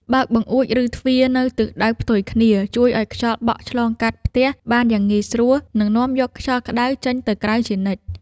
បើកបង្អួចឬទ្វារនៅទិសដៅផ្ទុយគ្នាជួយឱ្យខ្យល់បក់ឆ្លងកាត់ផ្ទះបានយ៉ាងងាយស្រួលនិងនាំយកខ្យល់ក្តៅចេញទៅក្រៅជានិច្ច។